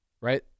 Right